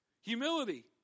humility